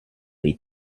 dei